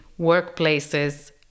workplaces